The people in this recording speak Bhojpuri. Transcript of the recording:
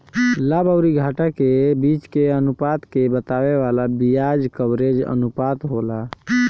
लाभ अउरी घाटा के बीच के अनुपात के बतावे वाला बियाज कवरेज अनुपात होला